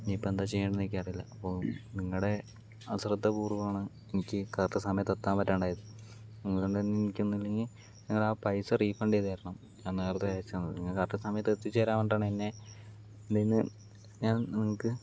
ഇനി ഇപ്പോൾ എന്താ ചെയ്യേണ്ടതെന്ന് എനിക്ക് അറിയില്ല അപ്പോൾ നിങ്ങളുടെ അശ്രദ്ധ പൂർവ്വമാണ് എനിക്ക് കറക്റ്റ് സമയത്ത് എത്താൻ പറ്റാണ്ടായത് എനിക്കൊന്നൂല്ലെങ്കിൽ നിങ്ങളാ പൈസ റീഫണ്ട് ചെയ്ത് തരണം ഞാൻ നേരത്തെ അയച്ചതാണ് നിങ്ങള് കറക്റ്റ് സമയത്ത് എത്തിച്ചേരാമെന്ന് പറഞ്ഞിട്ടാണ് എന്നെ എൻ്റെ കയ്യിൽനിന്ന് ഞാൻ നിങ്ങൾക്ക്